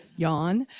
yawn.